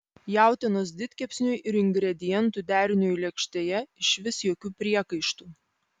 jautienos didkepsniui ir ingredientų deriniui lėkštėje išvis jokių priekaištų